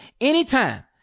anytime